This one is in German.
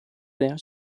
sehr